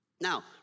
Now